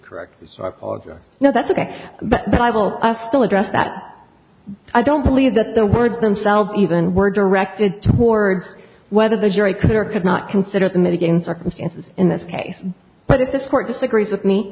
correctly no that's ok but the bible i still addressed that i don't believe that the words themselves even were directed towards whether the jury could or could not consider the mitigating circumstances in this case but if this court disagrees with me